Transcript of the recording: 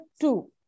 two